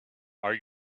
are